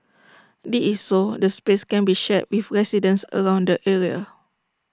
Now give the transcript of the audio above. this is so the space can be shared with residents around the area